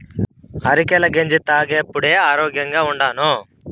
అరికెల గెంజి తాగేప్పుడే ఆరోగ్యంగా ఉండాను